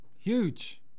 Huge